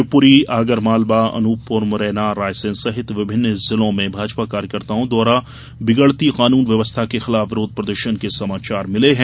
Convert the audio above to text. शिवपुरी आगर मालवा अनुपपुर मुरैना रायसेन सहित विभिन्न जिलों में भाजपा कार्यकर्ताओं द्वारा बिगड़ती कानून व्यवस्था के खिलाफ विरोध प्रदर्शन के समाचार मिले हैं